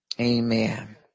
Amen